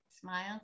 smile